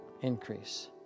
Increase